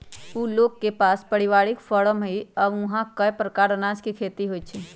उ लोग के पास परिवारिक फारम हई आ ऊहा कए परकार अनाज के खेती होई छई